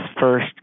first